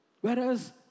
Whereas